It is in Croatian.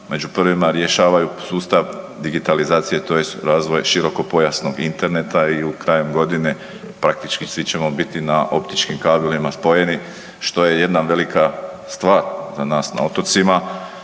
među prvima rješavaju sustav digitalizacije tj. razvoj širokopojasnog Interneta i krajem godine praktički svi ćemo biti na optičkim kabelima spojeni što je jedna velika stvar za nas na otocima.